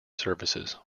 services